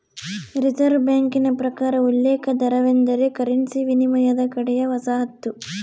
reserve ಬ್ಯಾಂಕಿನ ಪ್ರಕಾರ ಉಲ್ಲೇಖ ದರವೆಂದರೆ ಕರೆನ್ಸಿ ವಿನಿಮಯದ ಕಡೆಯ ವಸಾಹತು